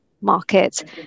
market